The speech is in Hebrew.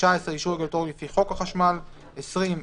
התשנ"ו 1996,